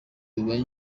bibaye